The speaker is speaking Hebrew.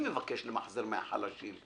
מי מבקש למחזר, מהחלשים?